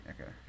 Okay